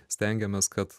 stengiamės kad